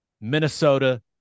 Minnesota